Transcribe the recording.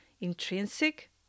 intrinsic